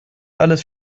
alles